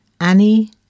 annie